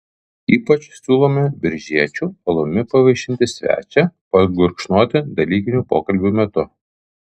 ypač siūlome biržiečių alumi pavaišinti svečią pagurkšnoti dalykinių pokalbių metu